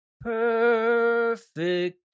Perfect